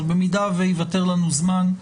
במידה וייוותר לנו זמן,